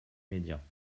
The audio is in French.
médias